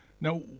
Now